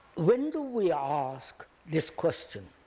when do we ask this question,